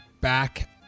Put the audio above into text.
back